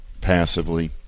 passively